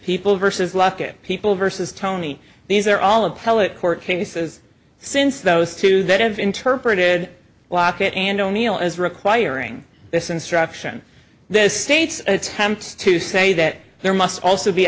people versus luckett people versus tony these are all appellate court cases since those two that have interpreted lockett and o'neil as requiring this instruction those states attempt to say that there must also be